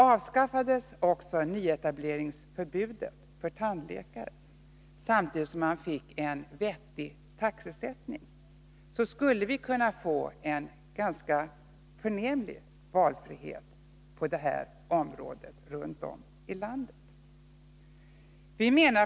Avskaffades också nyetableringsförbudet för tandläkare, samtidigt som man fick en vettig taxesättning, skulle vi kunna få en ganska förnämlig valfrihet på det här området runt om i landet.